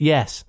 Yes